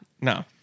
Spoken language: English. No